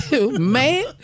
Man